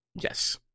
Yes